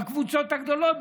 בקבוצות הגדולות,